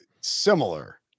similar